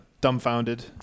Dumbfounded